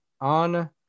on